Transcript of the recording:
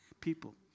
people